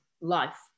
life